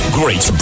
great